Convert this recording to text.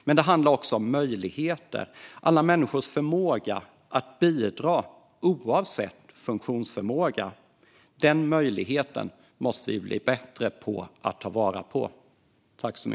Men det handlar också om möjligheter och alla människors förmåga att bidra, oavsett funktionsförmåga. Den möjligheten måste vi bli bättre på att ta till vara.